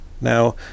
Now